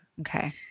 Okay